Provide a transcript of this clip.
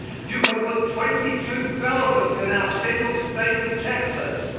you could put twenty-two belgiums in our single state of texas.